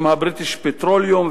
עם "בריטיש פטרוליום",